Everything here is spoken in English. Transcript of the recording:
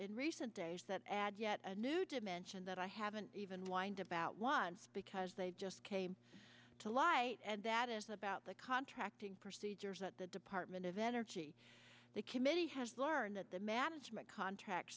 in recent days that add yet a new dimension that i haven't even wind about once because they just came to light and that is about the contracting procedures that the department of energy the committee has learned that the management contract